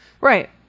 right